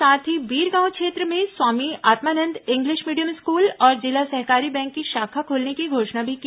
साथ ही बिरगांव क्षेत्र में Swami Atmanand English medium school और जिला सहकारी बैंक की शाखा खोलने की घोषणा भी की